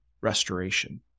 restoration